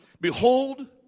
Behold